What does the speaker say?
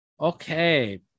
Okay